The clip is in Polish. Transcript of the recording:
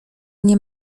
nie